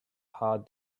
hard